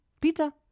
Pizza